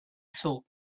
saw